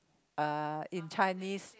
uh in Chinese